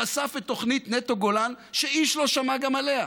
חשף את תוכנית נטו גולן, שאיש לא שמע גם עליה.